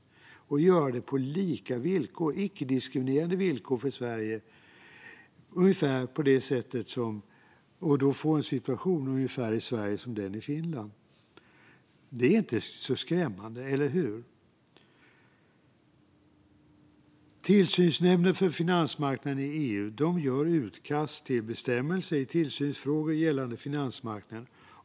Man kan göra det på lika villkor, icke-diskriminerande villkor för Sverige, och få en situation i Sverige som är ungefär likadan som den i Finland. Det är inte så skrämmande, eller hur? Tillsynsnämnden för finansmarknaden i EU gör utkast till bestämmelser i tillsynsfrågor gällande finansmarknaden.